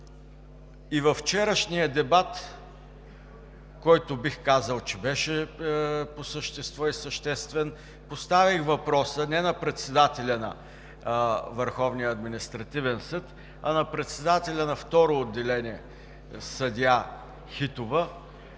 И във вчерашния дебат, който бих казал, че беше по същество и съществен, поставих въпроса не на председателя на Върховния административен съд, а на председателя на Четвърто отделение – съдия Хинова.